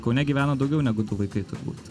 kaune gyvena daugiau negu du vaikai turbūt